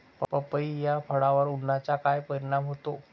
पपई या फळावर उन्हाचा काय परिणाम होतो?